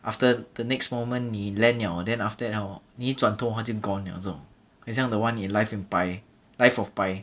after the next moment 你 land liao then after hor 你一转头他就 gone liao 这种很像 the one in life in pi life of pi